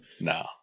No